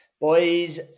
Boys